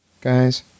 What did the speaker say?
Guys